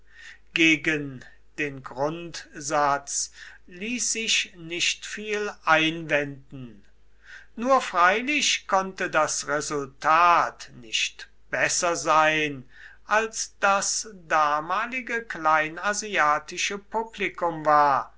gegen den grundsatz ließ sich nicht viel einwenden nur freilich konnte das resultat nicht besser sein als das damalige kleinasiatische publikum war